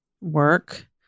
work